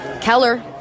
Keller